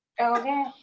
okay